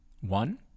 One